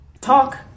Talk